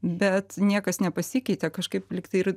bet niekas nepasikeitė kažkaip lygtai ir